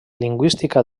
lingüística